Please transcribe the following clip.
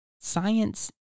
science